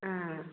ꯑ